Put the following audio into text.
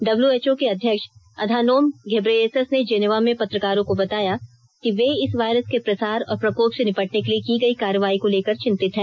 WHO के अध्यक्ष Adhanom Ghebreyesus ने जेनेवा में पत्रकारों को बताया कि वे इस वायरस के प्रसार और प्रकोप से निपटने के लिए की गई कार्रवाई को लेकर चिंतित हैं